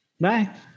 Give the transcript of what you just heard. Bye